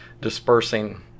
dispersing